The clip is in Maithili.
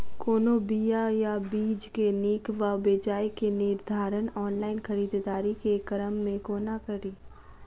कोनों बीया वा बीज केँ नीक वा बेजाय केँ निर्धारण ऑनलाइन खरीददारी केँ क्रम मे कोना कड़ी?